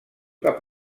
cap